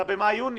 אלא במאי-יוני,